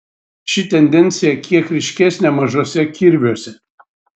ši tendencija kiek ryškesnė mažuose kirviuose